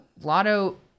Lotto